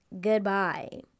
goodbye